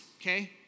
okay